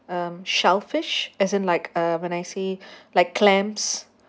um shellfish as in like uh when I say like clamps